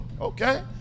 okay